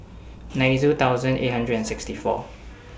ninety two thousand eight hundred and sixty four